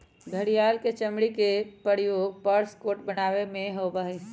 घड़ियाल के चमड़ी के प्रयोग पर्स कोट बनावे में होबा हई